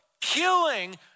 killing